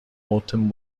autumn